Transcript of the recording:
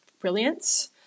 brilliance